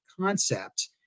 concept